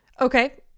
okay